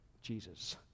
Jesus